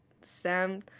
Sam